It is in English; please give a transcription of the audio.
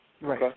Right